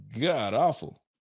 god-awful